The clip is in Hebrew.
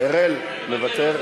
אראל מוותר?